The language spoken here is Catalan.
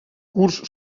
curs